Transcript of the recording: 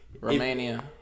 romania